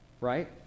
Right